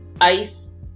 ice